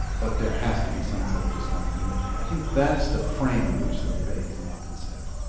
but there has to be some such discontinuity. i think that's the frame in which the debate has now been set.